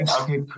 Okay